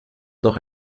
noch